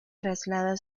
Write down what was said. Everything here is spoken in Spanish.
traslada